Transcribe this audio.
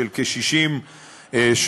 של כ-60 שוטרים.